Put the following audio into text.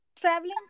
Traveling